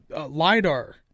LIDAR